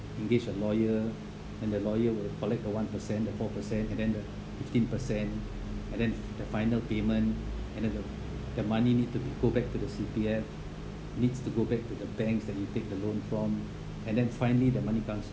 engage a lawyer and the lawyer will collect a one percent the four percent and then the fifteen percent and then the final payment and then the the money need to go back to the C_P_F it needs to go back to the banks that you take the loan from and then finally the money comes